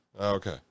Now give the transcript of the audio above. Okay